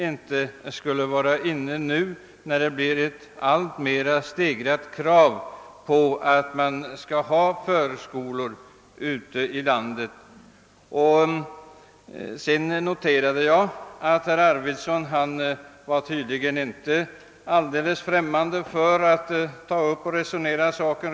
Varför skulle tidpunkten inte kunna anses vara inne nu, när alltmer stegrade krav reses på förskolor ute i landet? Jag noterade att herr Arvidson tydligen inte är helt främmande för ett allvarligt resonemang om saken.